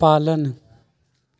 पालन